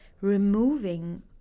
removing